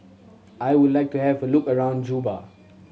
I would like to have a look around Juba